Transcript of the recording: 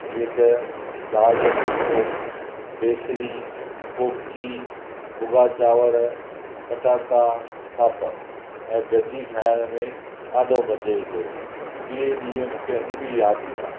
जीअं त दाल जो फुलको बेसणी कोकी भुगा चांवर पटाटा पापड़ ऐं गॾिजी खाइण में ॾाढो मज़ो ईंदो हुओ इहे ॾींहं मूंखे अॼु बि यादि ईंदा आहिनि